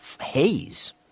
haze